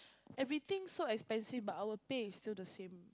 everything so expensive but our pay still the same